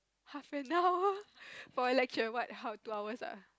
half an hour for a lecture what how two hours ah